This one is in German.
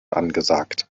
angesagt